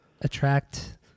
attract